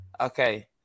Okay